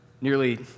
Nearly